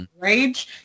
rage